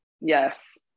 Yes